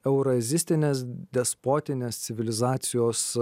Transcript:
eurazistinės despotinės civilizacijos